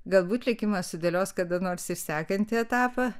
galbūt likimas sudėlios kada nors ir sekantį etapą